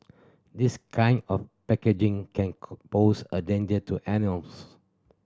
this kind of packaging can pose a danger to animals